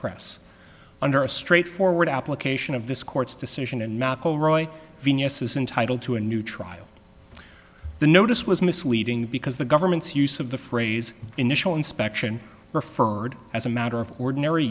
suppress under a straightforward application of this court's decision and mcelroy genius's entitle to a new trial the notice was misleading because the government's use of the phrase initial inspection referred as a matter of ordinary